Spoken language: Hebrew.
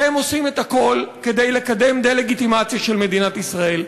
אתם עושים את הכול כדי לקדם דה-לגיטימציה של מדינת ישראל.